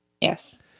Yes